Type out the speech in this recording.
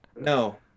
no